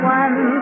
one